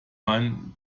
man